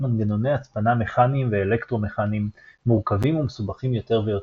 מנגנוני הצפנה מכניים ואלקטרו-מכניים מורכבים ומסובכים יותר ויותר,